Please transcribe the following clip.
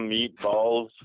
Meatballs